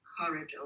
Corridor